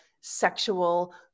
sexual